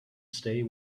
stay